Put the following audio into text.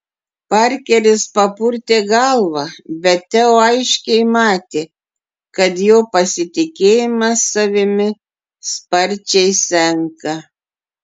parkeris papurtė galvą bet teo aiškiai matė kad jo pasitikėjimas savimi sparčiai senka